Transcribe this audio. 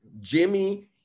Jimmy